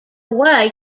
way